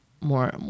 more